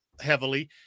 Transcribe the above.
heavily